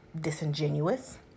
disingenuous